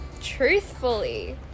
truthfully